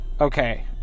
Okay